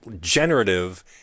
generative